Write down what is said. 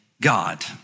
God